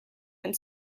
and